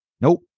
Nope